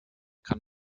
kann